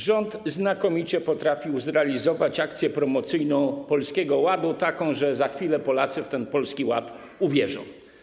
Rząd znakomicie potrafił zrealizować akcję promocyjną Polskiego Ładu - za chwilę Polacy w ten Polski Ład uwierzą.